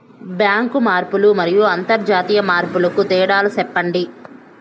Bank మార్పులు మరియు అంతర్జాతీయ మార్పుల కు తేడాలు సెప్పండి?